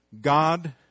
God